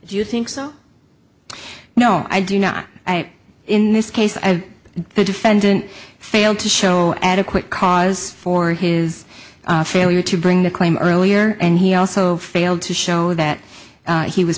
do you think so no i do not in this case i the defendant failed to show adequate cause for his failure to bring the claim earlier and he also failed to show that he was